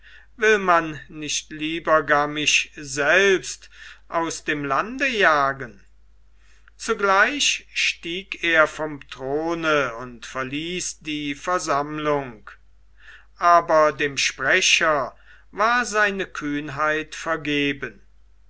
will man nicht lieber gar mich selbst aus dem lande jagen zugleich stieg er vom throne und verließ die versammlung aber dem sprecher war seine kühnheit vergeben